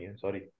sorry